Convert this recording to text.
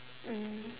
mm